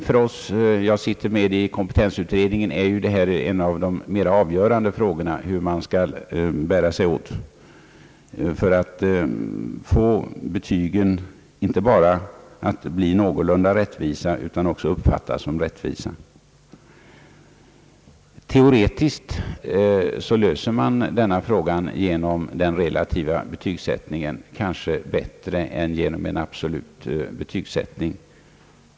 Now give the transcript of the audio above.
För oss, som är ledamöter i kompetensutredningen, är en av de mera avgörande frågorna hur man skall bära sig åt för att få betygen inte bara att bli någorlunda rättvisa utan också att uppfattas som rättvisa. Teoretiskt löser man detta problem genom den relativa betygsättningen kanske bättre än genom en absolut betygsättning.